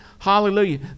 Hallelujah